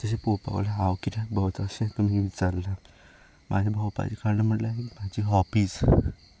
तशें पळोवपाक गेल्यार हांव कित्याक भोंवतां अशें तुमी विचारलां म्हजे भोंवपाचे कराण म्हणल्यार म्हज्यो हॉबीज